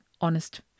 honest